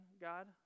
God